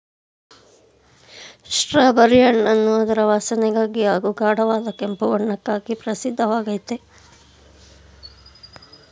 strawberry ಹಣ್ಣನ್ನು ಅದರ ವಾಸನೆಗಾಗಿ ಹಾಗೂ ಗಾಢವಾದ ಕೆಂಪು ಬಣ್ಣಕ್ಕಾಗಿ ಪ್ರಸಿದ್ಧವಾಗಯ್ತೆ